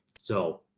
so